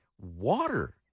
water